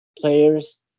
players